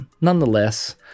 nonetheless